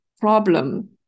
problem